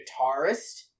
guitarist